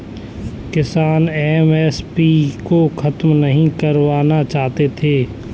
किसान एम.एस.पी को खत्म नहीं करवाना चाहते थे